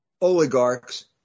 oligarchs